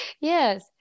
yes